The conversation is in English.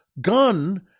gun